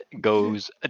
goes